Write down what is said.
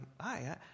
Hi